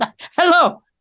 Hello